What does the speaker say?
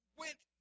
went